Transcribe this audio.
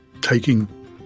taking